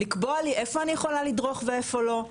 לקבוע לי איפה אני יכולה לדרוך ואיפה לא,